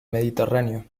mediterráneo